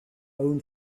own